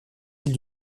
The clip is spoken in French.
îles